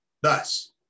Thus